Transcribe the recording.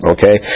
Okay